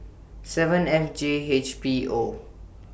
seven F J H P O